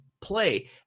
play